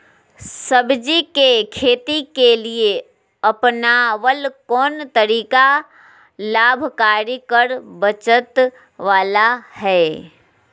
सब्जी के खेती के लिए अपनाबल कोन तरीका लाभकारी कर बचत बाला है?